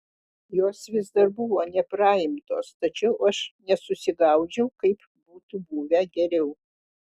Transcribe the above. jos vis dar buvo nepraimtos tačiau aš nesusigaudžiau kaip būtų buvę geriau